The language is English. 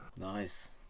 Nice